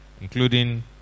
including